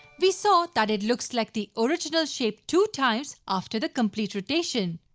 we saw that it looks like the original shape two times after the complete rotation.